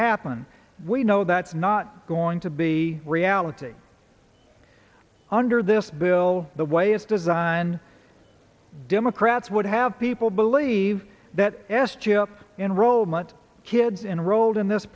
happen we know that's not going to be reality under this bill the way it's designed democrats would have people believe that s chip enroll munt kids enrolled in this